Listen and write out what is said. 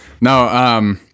no